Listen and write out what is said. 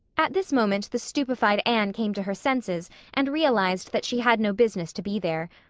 at this moment the stupefied anne came to her senses and realized that she had no business to be there.